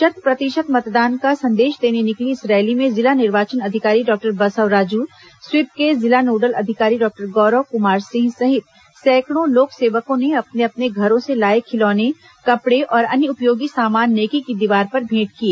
शत् प्रतिशत मतदान का संदेश देने निकली इस रैली में जिला निर्वाचन अधिकारी डॉक्टर बसवराजु स्वीप के जिला नोडल अधिकारी डॉक्टर गौरव कुमार सिंह सहित सैकड़ों लोक सेवकों ने अपने अपने घरों से लाए खिलौने कपड़े और अन्य उपयोगी सामान नेकी की दीवार पर भेंट किए